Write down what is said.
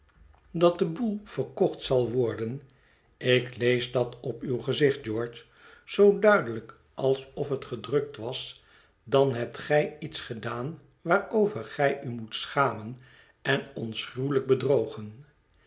dat de boel verkocht zal worden ik lees dat op uw gezicht george zoo duidelijk alsof het gedrukt was dan hebt gij iets gedaan waarover gij u moet schamen en ons gruwelijk bedrogen